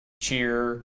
cheer